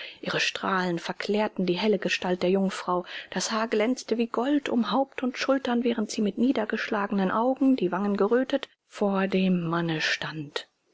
ihre strahlen verklärten die helle gestalt der jungfrau das haar glänzte wie gold um haupt und schultern während sie mit niedergeschlagenen augen die wangen gerötet vor dem manne stand